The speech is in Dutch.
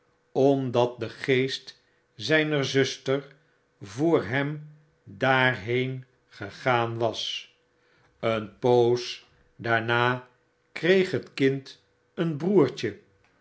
omdat de geest zijner zuster voor hem daarheen gegaan was een poos daarna kreeg het kind een broertje